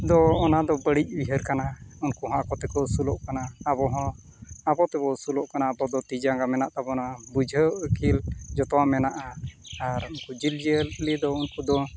ᱫᱚ ᱚᱱᱟᱫᱚ ᱵᱟᱹᱲᱤᱡ ᱩᱭᱦᱟᱹᱨ ᱠᱟᱱᱟ ᱩᱱᱠᱩ ᱦᱚᱸ ᱟᱠᱚ ᱛᱮᱠᱚ ᱟᱹᱥᱩᱞᱚᱜ ᱠᱟᱱᱟ ᱟᱵᱚ ᱦᱚᱸ ᱟᱵᱚ ᱛᱮᱵᱚᱱ ᱟᱹᱥᱩᱞᱚᱜ ᱠᱟᱱᱟ ᱟᱵᱚ ᱫᱚ ᱛᱤ ᱡᱟᱸᱜᱟ ᱢᱮᱱᱟᱜ ᱛᱟᱵᱚᱱᱟ ᱵᱩᱡᱷᱟᱹᱣ ᱟᱹᱠᱤᱞ ᱡᱚᱛᱚᱣᱟᱜ ᱢᱮᱱᱟᱜᱼᱟ ᱟᱨ ᱩᱱᱠᱩ ᱡᱤᱵᱽᱼᱡᱤᱭᱟᱹᱞᱤ ᱫᱚ ᱩᱱᱠᱩ ᱫᱚ